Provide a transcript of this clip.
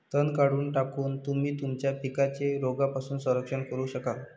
तण काढून टाकून, तुम्ही तुमच्या पिकांचे रोगांपासून संरक्षण करू शकाल